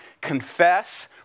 confess